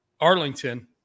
Arlington